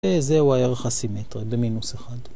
זהו הערך הסימטרי, במינוס 1.